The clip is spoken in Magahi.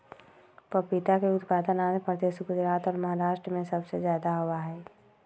पपीता के उत्पादन आंध्र प्रदेश, गुजरात और महाराष्ट्र में सबसे ज्यादा होबा हई